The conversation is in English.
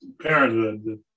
parenthood